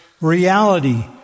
reality